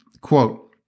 Quote